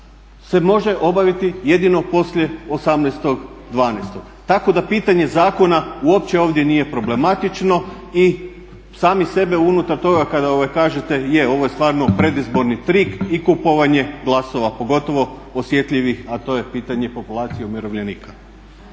se može obaviti jedino poslije 18.12. Tako da pitanje zakona uopće ovdje nije problematično i sami sebe unutar toga kada kažete je, ovo je stvarno predizborni trik i kupovanje glasova pogotovo osjetljivih a to je pitanje populacije umirovljenika.